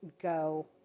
go